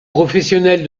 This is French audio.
professionnels